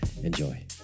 enjoy